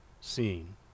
seen